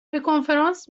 کنفرانس